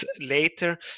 later